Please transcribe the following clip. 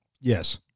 Yes